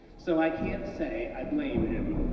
so i can't say i blame him.